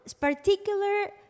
particular